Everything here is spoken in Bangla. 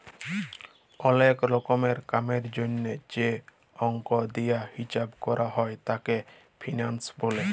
ওলেক রকমের কামের জনহে যে অল্ক দিয়া হিচ্চাব ক্যরা হ্যয় তাকে ফিন্যান্স ব্যলে